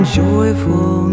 joyful